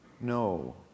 No